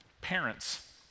Parents